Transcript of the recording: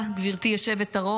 תודה, גברתי היושבת-ראש.